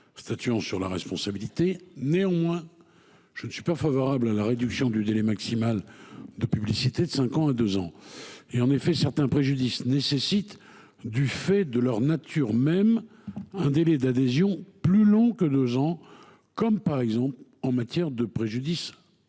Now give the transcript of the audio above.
statuant sur la responsabilité. Néanmoins, je ne suis pas favorable à la réduction du délai maximal de publicité de cinq ans à deux ans. En effet, certains préjudices nécessitent, du fait de leur nature même, un délai d’adhésion plus long que deux ans : c’est le cas, par exemple, en matière de préjudices